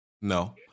No